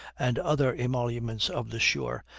and other emoluments of the shore,